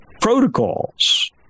protocols